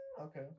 Okay